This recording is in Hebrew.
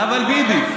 אבל ביבי.